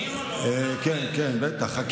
כן, כן, בטח.